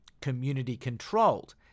community-controlled